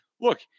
Look